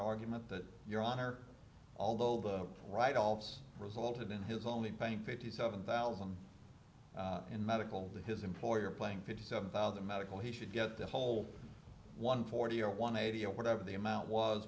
argument that your honor although the write offs resulted in his only paying fifty seven thousand and medical to his employer playing fifty seven thousand medical he should get the whole one forty one eighty whatever the amount was